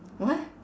what